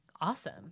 Awesome